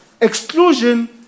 Exclusion